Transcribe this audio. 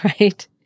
right